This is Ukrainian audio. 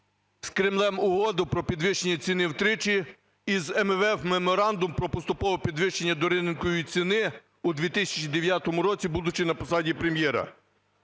з Кремлем угоду про підвищення ціни втричі і з МВФ Меморандум про поступове підвищення до ринкової ціни у 2009 році, будучи на посаді Прем'єра.